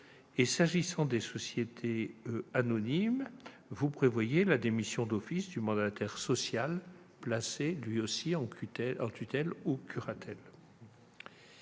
S'agissant des sociétés anonymes, vous prévoyez la démission d'office du mandataire social placé lui aussi en tutelle ou curatelle.